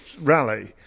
rally